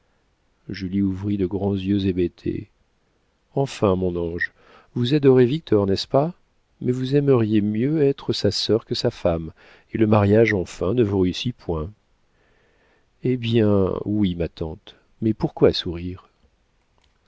souffrances julie ouvrit de grands yeux hébétés enfin mon ange vous adorez victor n'est-ce pas mais vous aimeriez mieux être sa sœur que sa femme et le mariage enfin ne vous réussit point hé bien oui ma tante mais pourquoi sourire